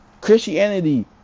Christianity